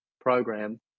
program